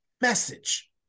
message